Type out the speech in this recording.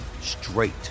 straight